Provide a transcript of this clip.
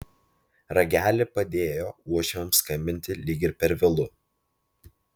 ragelį padėjo uošviams skambinti lyg ir per vėlu